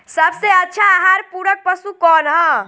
सबसे अच्छा आहार पूरक पशु कौन ह?